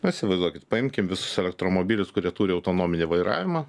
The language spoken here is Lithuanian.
įsivaizduokit paimkim visus elektromobilius kurie turi autonominį vairavimą